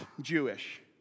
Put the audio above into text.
Jewish